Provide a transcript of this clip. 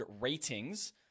Ratings